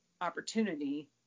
opportunity